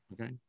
okay